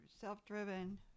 self-driven